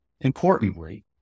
importantly